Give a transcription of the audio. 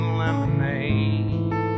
lemonade